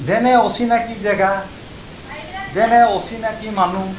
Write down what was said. যেনে অচিনাকি জেগা যেনে অচিনাকি মানুহ